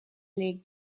les